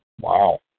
Wow